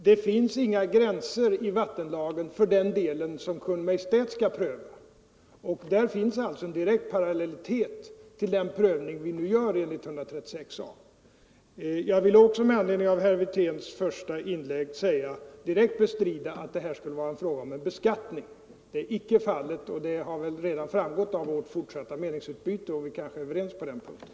Herr talman! Det finns inga gränser angivna i vattenlagen för den del av tillståndsgivningen som Kungl. Maj:t skall pröva — där är det alltså en direkt parallellitet till den prövning vi nu gör enligt 136 a§ byggnadslagen. Jag vill också, med anledning av herr Wirténs första inlägg, direkt bestrida att det här skulle vara fråga om en beskattning. Så är icke fallet, vilket väl redan har framgått av vårt fortsatta meningsutbyte. Vi kanske är överens på den punkten?